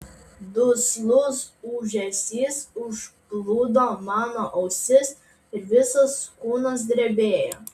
duslus ūžesys užplūdo mano ausis ir visas kūnas drebėjo